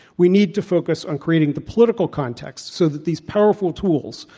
we need to focus on creating the political contexts so that these powerful tools,